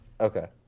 Okay